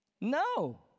No